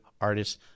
artists